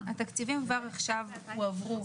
אז זהו, התקציבים כבר עכשיו הועברו.